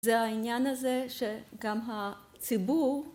זה העניין הזה שגם הציבור...